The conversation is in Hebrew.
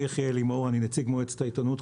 נציג מועצת העיתונות,